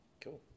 Cool